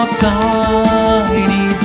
tiny